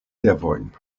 devojn